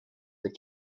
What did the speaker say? that